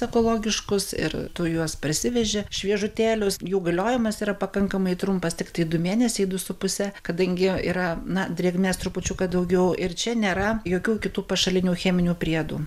ekologiškus ir tu juos parsiveži šviežutėlius jų galiojimas yra pakankamai trumpas tiktai du mėnesiai du su puse kadangi yra na drėgmės trupučiuką daugiau ir čia nėra jokių kitų pašalinių cheminių priedų